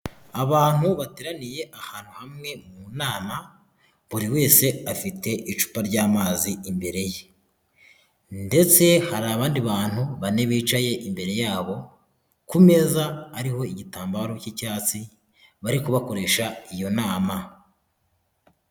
Abantu bateraniye ahantu hamwe mu nama, buri wese afite icupa ry'amazi imbere ye ndetse hari abandi bantu bane bicaye imbere yabo, ku meza ariho igitambaro cy'icyatsi, bari kubakoresha iyo nama.